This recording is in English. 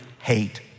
hate